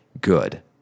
good